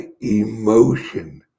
emotion